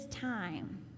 time